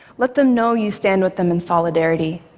let them know you stand with them in solidarity.